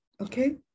okay